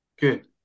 good